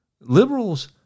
Liberals